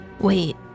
Wait